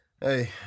Hey